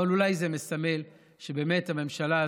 אבל אולי זה מסמל שבאמת הממשלה הזאת,